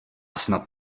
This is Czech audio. snad